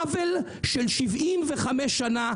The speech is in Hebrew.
עוול של 75 שנה.